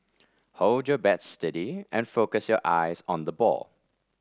hold your bat steady and focus your eyes on the ball